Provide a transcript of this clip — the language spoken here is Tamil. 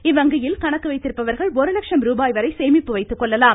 இவ்வங்கியில் கணக்கு வைத்திருப்பவர்கள் ஒரு லட்சம் ரூபாய் வரை சேமிப்பு வைத்துக்கொள்ளலாம்